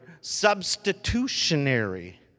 substitutionary